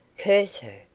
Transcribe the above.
curse her!